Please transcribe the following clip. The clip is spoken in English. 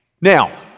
Now